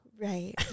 right